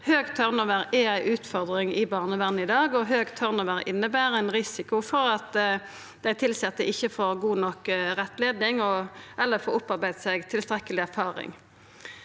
Høg turnover er ei utfordring i barnevernet i dag. Høg turnover inneber ein risiko for at dei tilsette ikkje får god nok rettleiing eller opparbeidd seg tilstrekkeleg erfaring.